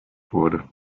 wurde